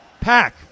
Pack